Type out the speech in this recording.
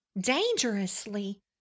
dangerously